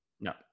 No